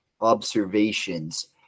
observations